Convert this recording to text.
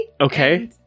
Okay